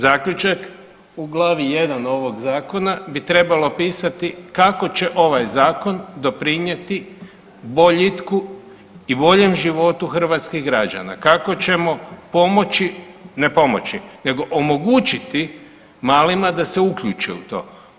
Zaključak: U glavi 1 ovog Zakona bi trebalo pisati: „kako će ovaj Zakon doprinijeti boljitku i boljem životu Hrvatskih građana, kako ćemo pomoći, ne pomoći“, nego omogućiti malima da se uključe u to.